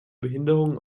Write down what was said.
behinderungen